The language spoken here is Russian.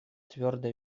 твердо